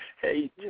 Hey